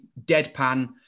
deadpan